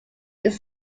its